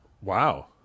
Wow